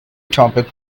topic